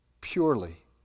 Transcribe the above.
purely